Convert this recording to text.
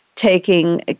taking